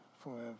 forever